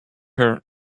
her